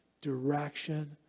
direction